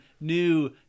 new